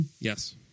Yes